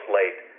late